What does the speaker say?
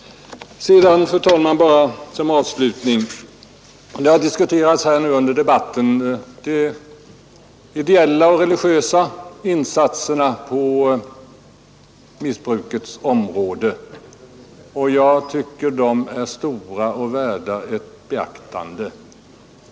Fru talman! Några ord som avslutning. Under debatten har de ideella och religiösa insatserna på missbrukets område diskuterats. Jag tycker de är stora och värda allt beaktande.